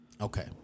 Okay